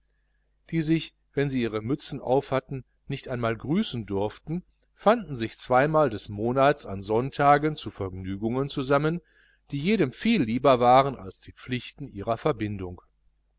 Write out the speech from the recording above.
die sich wenn sie ihre mützen aufhatten nicht einmal grüßen durften fanden sich zweimal des monats an sonntagen zu vergnügungen zusammen die jedem viel lieber waren als die pflichten ihrer verbindung